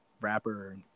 rapper